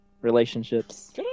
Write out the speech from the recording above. relationships